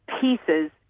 pieces